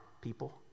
people